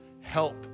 help